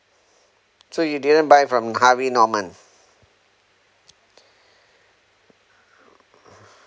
so you didn't buy from harvey norman